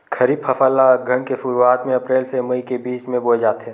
खरीफ फसल ला अघ्घन के शुरुआत में, अप्रेल से मई के बिच में बोए जाथे